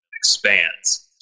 expands